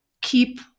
keep